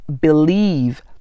believe